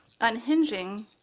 unhinging